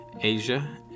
Asia